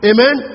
Amen